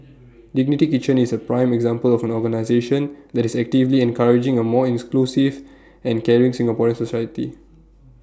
dignity kitchen is A prime example of an organisation that is actively encouraging A more inclusive and caring Singaporean society